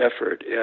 effort